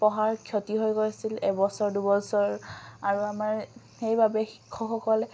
পঢ়াৰ ক্ষতি হৈ গৈছিল এবছৰ দুবছৰ আৰু আমাৰ সেইবাবে শিক্ষকসকলে